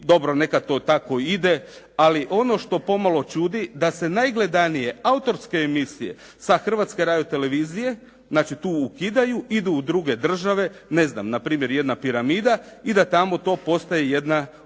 dobro neka to tako ide ali ono što pomalo čudi da se najgledanije autorske emisije sa Hrvatske radio-televizije tu ukidaju, idu u druge države, na primjer jedna Piramida i da tamo to postaje jedna